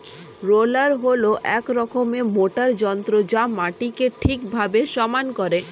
roller হল এক রকমের মোটর যন্ত্র যা মাটিকে ঠিকভাবে সমান করে